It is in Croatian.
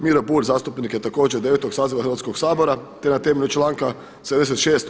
Miro Bulj zastupnik je također 9. saziva Hrvatskog sabora te na temelju članka 76.